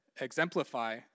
exemplify